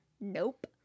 nope